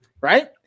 Right